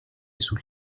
sus